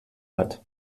hat